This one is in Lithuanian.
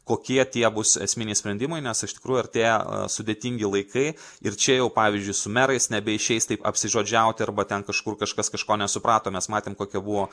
kokie tie bus esminiai sprendimai nes iš tikrųjų artėja sudėtingi laikai ir čia jau pavyzdžiui su merais nebeišeis taip apsižodžiauti arba ten kažkur kažkas kažko nesuprato mes matėm kokia buvo